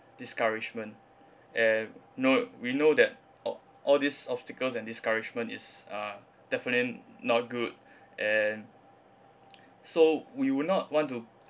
discouragement and know we know that oh all these obstacles and discouragement is uh definitely not good and so we would not want to